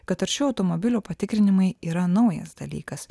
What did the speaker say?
kad taršių automobilių patikrinimai yra naujas dalykas